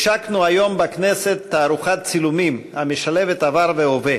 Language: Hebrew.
השקנו היום בכנסת תערוכת צילומים המשלבת עבר והווה.